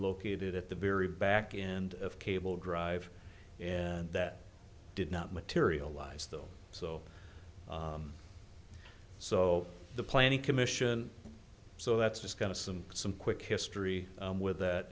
located at the very back and of cable drive and that did not materialize though so so the planning commission so that's just kind of some some quick history with that